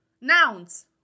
nouns